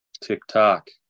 TikTok